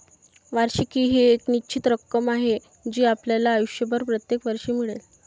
वार्षिकी ही एक निश्चित रक्कम आहे जी आपल्याला आयुष्यभर प्रत्येक वर्षी मिळेल